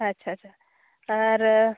ᱟᱪᱪᱷᱟ ᱟᱪᱪᱷᱟ ᱟᱨ